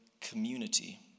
community